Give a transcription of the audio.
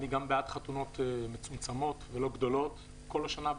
גם אני בעד חתונות מצומצמות ולא גדולות כל השנה,